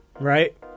right